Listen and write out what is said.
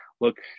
look